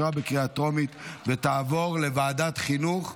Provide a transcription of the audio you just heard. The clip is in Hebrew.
לוועדת החינוך,